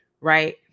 right